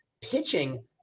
pitching